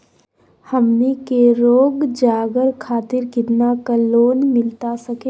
हमनी के रोगजागर खातिर कितना का लोन मिलता सके?